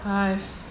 !hais!